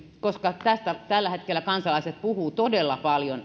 koska tällä hetkellä kansalaiset puhuvat todella paljon